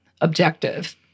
objective